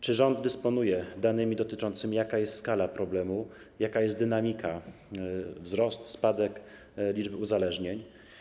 Czy rząd dysponuje danymi dotyczącymi tego, jaka jest skala problemu, jaka jest dynamika, wzrost, spadek, liczby uzależnień?